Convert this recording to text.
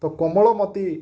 ତ କୋମଳମତି